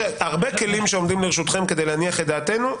יש הרבה כלים שעומדים לרשותכם כדי להניח את דעתנו.